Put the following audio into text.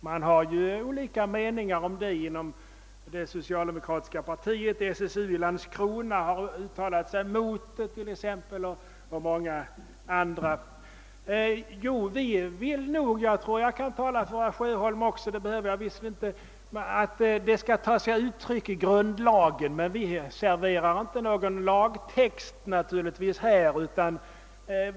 Man har olika meningar om den saken inom det socialdemokratiska partiet. SSU i Landskrona har t.ex. uttalat sig mot kollektivanslutningen, och det har också många andra gjort. Vi vill — och där tror jag mig kunna tala även för herr Sjöholm, även om det inte behövs — att detta är något som skall ta sig uttryck i grundlagen, men vi presterar inte någon lagtext.